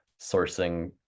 sourcing